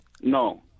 No